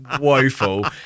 woeful